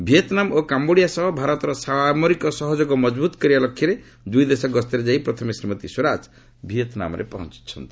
Vietnam ଓ Cambodia ସହ ଭାରତର ସାମରିକ ସହଯୋଗ ମଜବୁତ୍ କରିବା ଲକ୍ଷ୍ୟରେ ଦୁଇଦେଶ ଗସ୍ତରେ ଯାଇ ପ୍ରଥମେ ଶ୍ରୀମତୀ ସ୍ୱରାଜ ଭିଏତ୍ନାମରେ ପହଞ୍ଚ୍ଚନ୍ତି